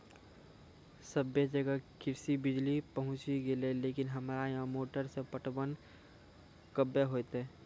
सबे जगह कृषि बिज़ली पहुंची गेलै लेकिन हमरा यहाँ मोटर से पटवन कबे होतय?